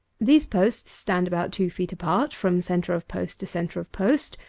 these posts stand about two feet apart, from centre of post to centre of post,